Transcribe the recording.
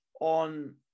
On